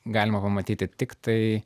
galima pamatyti tiktai